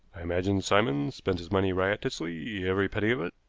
i imagine simon spent his money riotously, every penny of it,